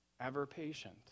ever-patient